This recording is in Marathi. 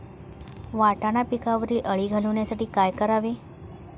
वाटाणा पिकावरील अळी घालवण्यासाठी काय करावे?